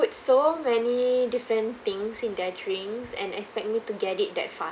so many different things in their drinks and expect me to get it that fast